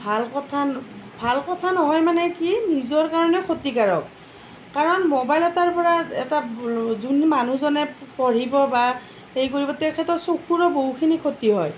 ভাল কথা ভাল কথা নহয় মানে কি নিজৰ কাৰণে ক্ষতিকাৰক কাৰণ মোবাইল এটাৰ পৰা এটা যোন মানুহজনে পঢ়িব বা সেই কৰিব তেখেতৰ চকুৰো বহুখিনি ক্ষতি হয়